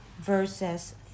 verses